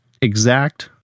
exact